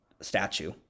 statue